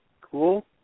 Cool